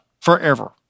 forever